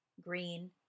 Green